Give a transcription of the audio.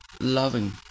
loving